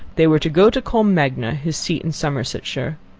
they were to go to combe magna, his seat in somersetshire.